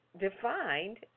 defined